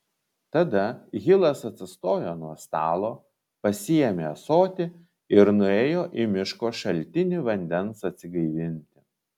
tada hilas atsistojo nuo stalo pasiėmė ąsotį ir nuėjo į miško šaltinį vandens atsigaivinti